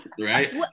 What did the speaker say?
Right